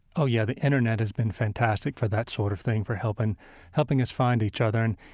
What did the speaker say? oh, yeah. the internet has been fantastic for that sort of thing for helping helping us find each other. and